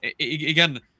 again